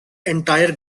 entire